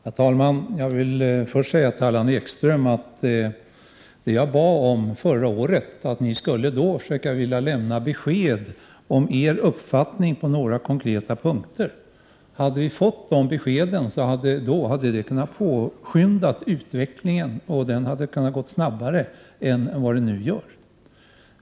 Herr talman! Jag vill först säga till Allan Ekström att det jag bad om förra året var att ni skulle försöka lämna besked om er uppfattning på några konkreta punkter. Om vi hade fått de beskeden då hade det kunnat påskynda utvecklingen, som kunde ha gått snabbare än den nu gör.